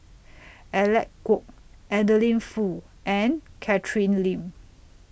Alec Kuok Adeline Foo and Catherine Lim